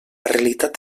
realitat